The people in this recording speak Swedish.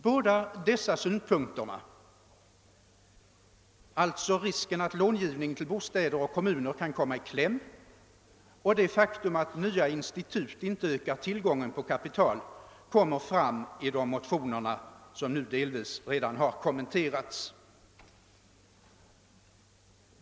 Båda dessa synpunkter — risken att långivningen till bostäder och kommuner kan komma i kläm och det faktum att nya institut inte ökar: tillgången på kapital — kommer fram i de motioner som här delvis redan har kommenterats.